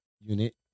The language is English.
Unit